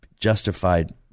justified